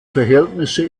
verhältnisse